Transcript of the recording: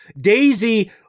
Daisy